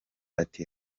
ati